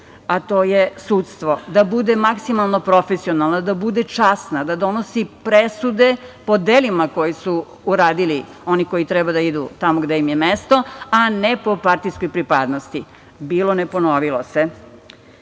a to je sudstvo, da bude maksimalno profesionalno, da bude časna, da donosi presude po delima koji su uradili oni koji treba da idu tamo gde im je mesto, a ne po partijskoj pripadnosti. Bilo, ne ponovilo se. Pre